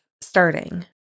starting